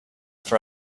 for